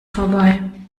vorbei